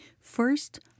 First